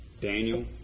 Daniel